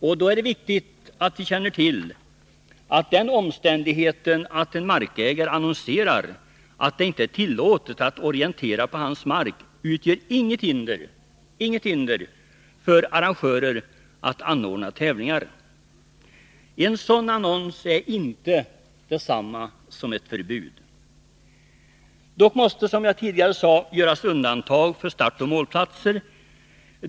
Därför är det viktigt att känna till att den omständigheten att en markägare annonserar att det inte är tillåtet att orientera på hans mark inte utgör hinder för arrangörer att anordna tävlingar. En sådan annons är inte detsamma som ett förbud. Dock måste, som jag tidigare sade, göras undantag för startoch målplatser.